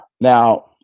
now